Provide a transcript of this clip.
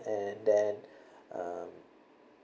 and then um